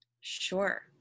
Sure